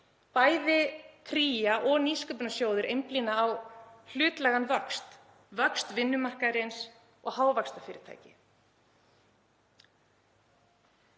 bæði Kría og Nýsköpunarsjóður einblína á hlutlægan vöxt, vöxt vinnumarkaðarins og hávaxtarfyrirtæki.